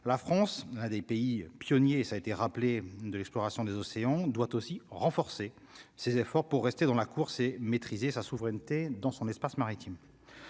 la France un des pays pionniers, ça a été rappelé de l'exploration des océans doit aussi renforcer ses efforts pour rester dans la course et maîtriser sa souveraineté dans son espace maritime